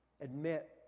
Admit